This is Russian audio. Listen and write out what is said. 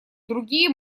другие